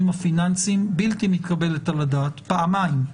הפיננסיים בלתי מתקבלת על הדעת פעמיים.